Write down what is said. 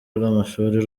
rw’amashuri